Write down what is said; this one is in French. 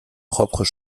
propres